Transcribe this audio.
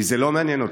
כי זה לא מעניין אותם,